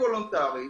שהיא וולונטרית,